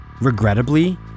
Regrettably